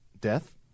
death